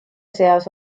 seas